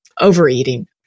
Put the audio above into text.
overeating